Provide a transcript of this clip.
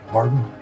Pardon